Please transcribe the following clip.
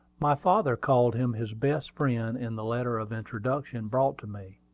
my father called him his best friend in the letter of introduction brought to me.